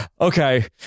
okay